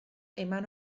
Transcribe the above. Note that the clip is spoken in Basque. eman